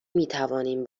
میتوانیم